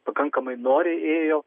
pakankamai noriai ėjo